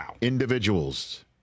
individuals